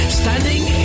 standing